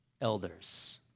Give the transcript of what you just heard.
Elders